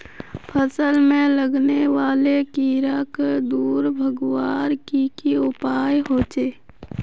फसल में लगने वाले कीड़ा क दूर भगवार की की उपाय होचे?